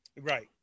Right